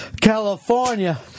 California